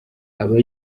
aba